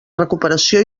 recuperació